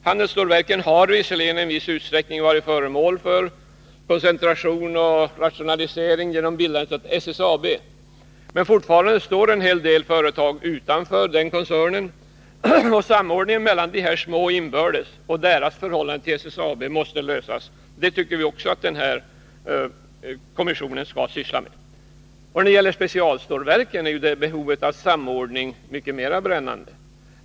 Handelsstålverken har i viss utsträckning varit föremål för koncentration och rationalisering genom bildandet av SSAB, men fortfarande står många företag utanför den koncernen. Samordningen mellan dem inbördes och mellan dem och SSAB måste lösas. Också den saken tycker vi att denna kommission skall syssla med. För specialstålverken är behovet av samordning mycket mera brännande.